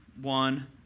one